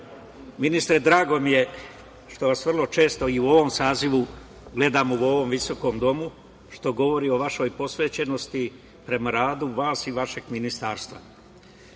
ministre drago mi je što vas vrlo često i u ovom sazivu gledam u ovom visokom domu, što govori o vašoj posvećenosti prema radu, vas i vašeg ministarstva. Drago